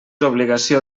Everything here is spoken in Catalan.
obligació